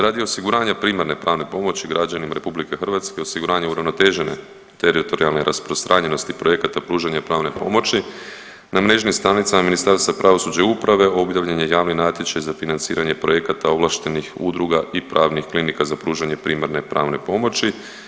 Radi osiguranja primarne pravne pomoći građanima RH osiguranjem uravnotežene teritorijalne rasprostranjenosti projekata pružanja pravne pomoći na mrežnim stranicama Ministarstva pravosuđa i uprave objavljen je javni natječaj za financiranje projekat ovlaštenih udruga i pravnih klinika za pružanje primarne pravne pomoći.